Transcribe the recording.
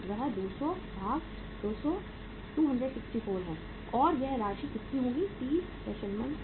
वह 200264 है और वह राशि कितनी होगी 3030